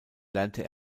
lernte